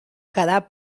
quedar